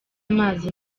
amazi